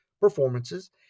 performances